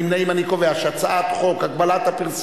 וראינו באמת שישראל מפגרת אחרי כל העולם המערבי המתקדם,